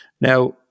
Now